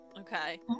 Okay